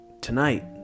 Tonight